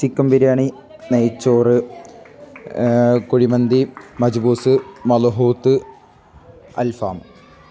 chicken biryani നെയ്ച്ചോറ് കുഴിമന്തി മജ്ബൂസ് മലഹൂത്ത് അൽഫാം